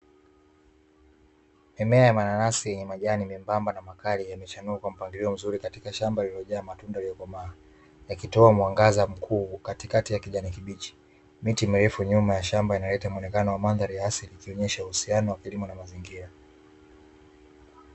Mimea ya mananasi yenye majani membamba na makazi, yamechanua kwa mpangilio mzuri katika shamba lililojaa matunda yaliyokomaa, yakitoa mwangaza mkuu katikati ya kijani kibichi. Miti mirefu nyuma ya shamba inaleta muonekano wa madhari ya asili, ikionesha uhusiano wa kilimo na mazingira.